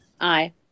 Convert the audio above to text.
Aye